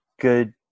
good